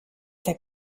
der